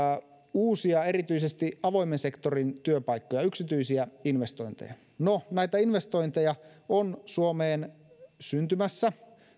uusia erityisesti avoimen sektorin työpaikkoja yksityisiä investointeja no näitä investointeja on suomeen syntymässä